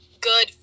good